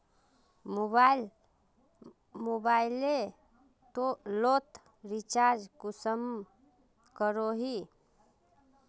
Mobile लोत recharge कुंसम करोही?